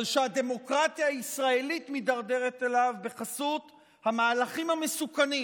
אבל שהדמוקרטיה הישראלית מידרדרת אליו בחסות המהלכים המסוכנים